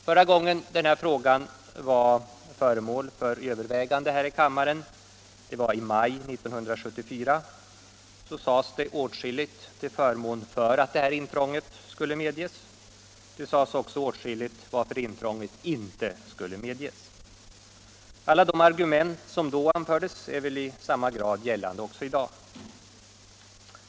Förra gången som denna fråga var föremål för övervägande här i kammaren — det var i maj 1974 — sades det åtskilligt till förmån för att detta intrång skulle medges, men det sades också åtskilligt om varför intrånget inte skulle medges. Alla de argument som då anfördes är väl i samma grad gällande också i dag.